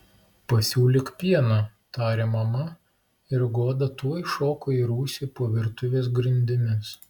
pasiūlyk pieno tarė mama ir goda tuoj šoko į rūsį po virtuvės grindimis